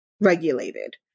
regulated